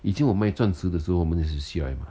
以前我卖钻石的时候我们也是用 C_R_M ah